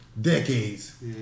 decades